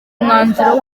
umwanzuro